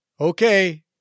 okay